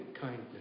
kindness